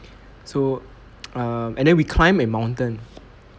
so um and then we climbed a mountain